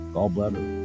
Gallbladder